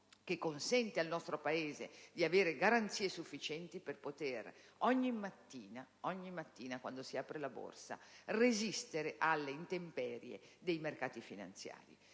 gli consente di avere garanzie sufficienti per potere ogni mattina, quando si apre la Borsa, resistere alle intemperie dei mercati finanziari.